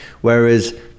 whereas